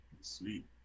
Sweet